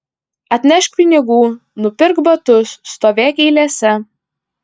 atnešk pinigų nupirk batus stovėk eilėse